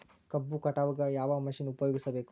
ಕಬ್ಬು ಕಟಾವಗ ಯಾವ ಮಷಿನ್ ಉಪಯೋಗಿಸಬೇಕು?